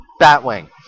Batwing